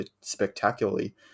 spectacularly